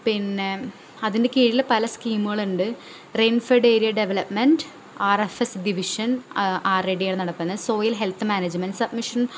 പിന്നെ അതിൻ്റെ കീഴിൽ പല സ്കീമുകളുണ്ട് rainfed area development R F S division R A D R നടത്തുന്ന സോയിൽ ഹെൽത്ത് മാനേജ്മെൻറ്റ് സബ്മിഷൻ